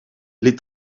les